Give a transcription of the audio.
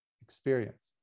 experience